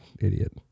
idiot